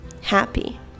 happy